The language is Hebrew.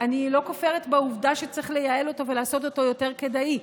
אני לא כופרת בעובדה שצריך לייעל אותו ולעשות אותו יותר כדאי,